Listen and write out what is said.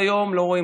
ועד היום לא רואים,